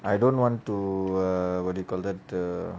I don't want to uh what do you call that err